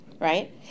right